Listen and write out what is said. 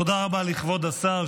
תודה רבה לכבוד השר,